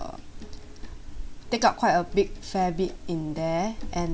take out quite a bit fair bit in there and